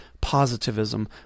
positivism